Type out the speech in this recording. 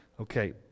Okay